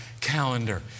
calendar